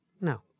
Now